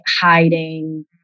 hiding